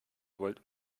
wollt